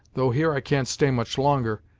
though here i can't stay much longer,